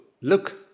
look